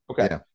Okay